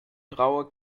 traue